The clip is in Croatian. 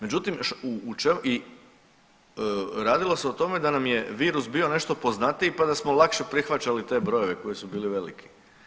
I radilo se o tome da nam je virus bio nešto poznatiji, pa da smo lakše prihvaćali te brojeve koji su bili veliki.